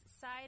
side